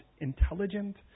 intelligent